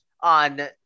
on